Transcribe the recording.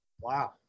Wow